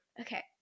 Okay